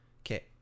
Okay